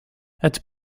het